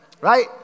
right